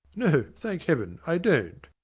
no, thank heaven, i don't!